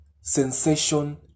sensation